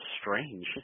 strange